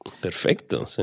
Perfecto